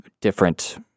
different